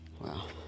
Wow